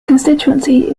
constituency